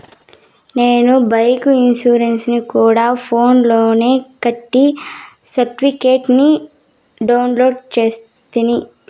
నేను బైకు ఇన్సూరెన్సుని గూడా ఫోన్స్ లోనే కట్టి సర్టిఫికేట్ ని డౌన్లోడు చేస్తిని